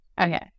Okay